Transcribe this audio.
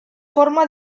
forma